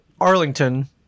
Arlington